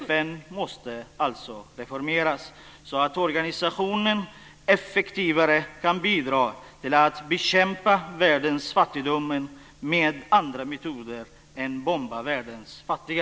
FN måste alltså reformeras, så att organisationen effektivare kan bidra till att bekämpa världens fattigdom med andra metoder än att bomba världens fattiga.